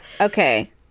Okay